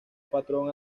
patrón